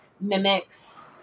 mimics